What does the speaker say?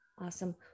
Awesome